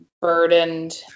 burdened